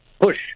push